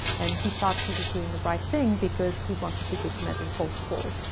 and he thought he was doing the right thing because he wanted to go to medical school.